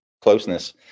closeness